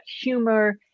humor